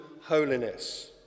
holiness